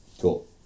Cool